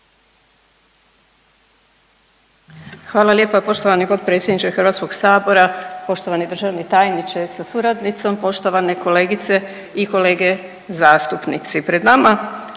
Hvala lijepa poštovani potpredsjedniče HS, poštovani državni tajniče sa suradnicom, poštovane kolegice i kolege zastupnici. Pred nama